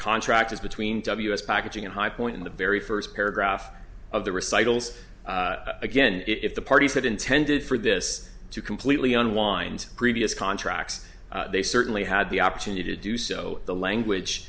contract is between ws packaging and high point in the very first paragraph of the recitals again if the parties had intended for this to completely unwinds previous contracts they certainly had the opportunity to do so the language